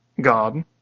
God